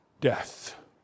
death